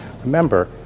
Remember